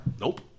Nope